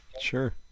sure